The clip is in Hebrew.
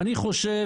ואני חושב